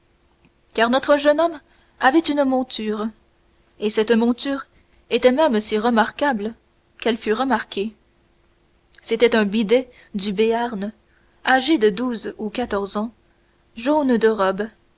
car notre jeune homme avait une monture et cette monture était même si remarquable qu'elle fut remarquée c'était un bidet du béarn âgé de douze ou quatorze ans jaune de robe